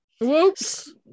Whoops